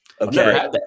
Okay